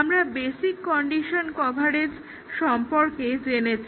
আমরা basic condition coverage সম্পর্কে জেনেছি